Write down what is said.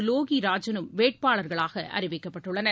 Loki ராஜனும் வேட்பாளர்களாக அறிவிக்கப்பட்டுள்ளனர்